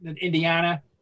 Indiana